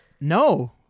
No